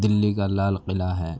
دہلی کا لال قلعہ ہے